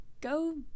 go